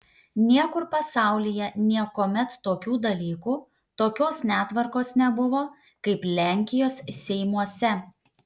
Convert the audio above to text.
niekur pasaulyje niekuomet tokių dalykų tokios netvarkos nebuvo kaip lenkijos seimuose